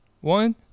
One